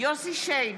יוסף שיין,